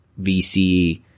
VC